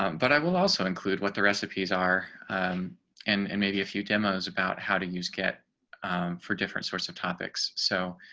um but i will also include what the recipes are and maybe a few demos about how to use get for different sorts of topics. so,